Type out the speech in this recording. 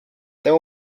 there